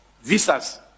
visas